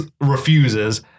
refuses